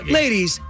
ladies